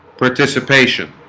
participation